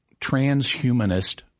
transhumanist